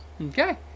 Okay